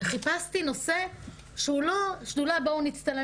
חיפשתי נושא שהוא לא שדולה של בואו נצטלם